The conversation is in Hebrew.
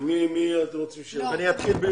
אני אם חד הורית.